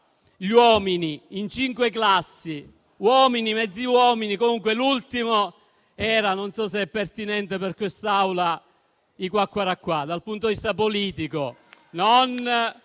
gli uomini in cinque classi: uomini, mezzi uomini e via dicendo, e comunque l'ultimo era - non so se è pertinente per quest'Aula - un quaquaraquà dal punto di vista politico.